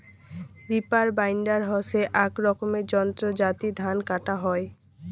reaper binder হসে আক রকমের যন্ত্র যাতি ধান কাটা হই